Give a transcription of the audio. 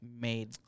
made